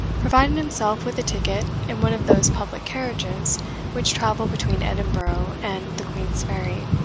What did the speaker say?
provided himself with a ticket in one of those public carriages which travel between edinburgh and the queensferry,